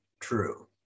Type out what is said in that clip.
true